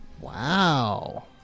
Wow